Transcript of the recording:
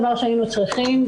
לכל דבר שהיינו צריכים.